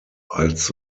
als